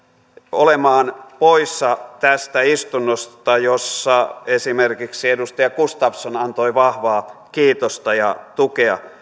olemaan poissa tästä istunnosta jossa esimerkiksi edustaja gustafsson antoi vahvaa kiitosta ja tukea